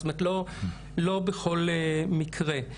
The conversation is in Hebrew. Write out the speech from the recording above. לא בכל מקרה.